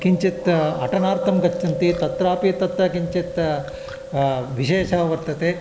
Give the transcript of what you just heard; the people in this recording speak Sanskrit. किञ्चित् अटनार्थं गच्छन्ति तत्रापि तत्र किञ्चित् विशेषः वर्तते